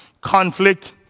conflict